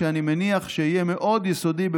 שאני מניח שיהיה יסודי מאוד,